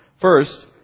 First